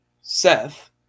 Seth